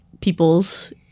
Peoples